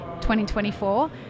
2024